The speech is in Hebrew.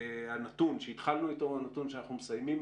הנתון שהתחלנו אתו הוא הנתון אתו אנחנו מסיימים,